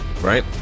Right